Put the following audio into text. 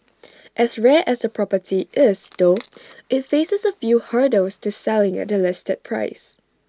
as rare as the property is though IT faces A few hurdles to selling at the listed price